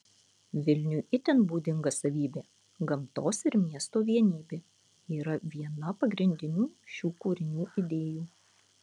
vilniui itin būdinga savybė gamtos ir miesto vienybė yra viena pagrindinių šių kūrinių idėjų